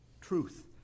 truth